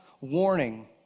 warning